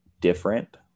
different